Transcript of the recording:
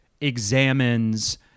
examines